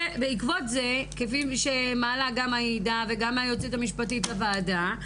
כפי שמעלה גם עאידה וגם היועצת המשפטית לוועדה,